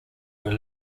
were